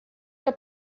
que